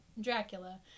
Dracula